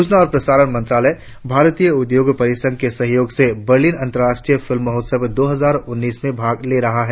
सूचना और प्रसारण मंत्रालय भारतीय उद्योग परिसंघ के सहयोग से बर्लिन अंतराष्ट्रीय फिल्मोत्सव दो हजार उन्नीस में भाग ले रहा है